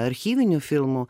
archyvinių filmų